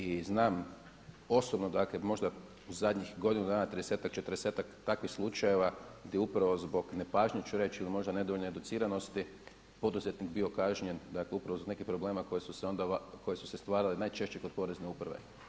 I znam osobno dakle, možda u zadnjih godinu dana 30-ak, 40-ak takvih slučajeva gdje upravo zbog nepažnje ću reći ili možda nedovoljne educiranosti poduzetnik bio kažnjen, dakle upravo zbog nekih problema koje su se stvarale najčešće kod porezne uprave.